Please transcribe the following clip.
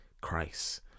Christ